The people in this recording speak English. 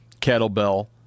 kettlebell